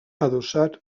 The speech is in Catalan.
adossat